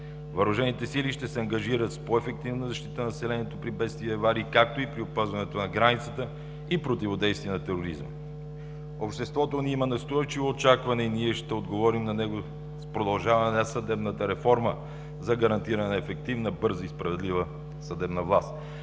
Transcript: Въоръжените сили ще се ангажират с по-ефективна защита на населението при бедствия и аварии, както и при опазването на границата и противодействие на тероризма. Обществото ни има настойчиво очакване – ние ще отговорим на него с продължаване на съдебната реформа за гарантиране на ефективна, бърза и справедлива съдебна власт.